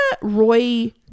Roy